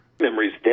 Memories